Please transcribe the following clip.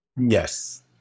Yes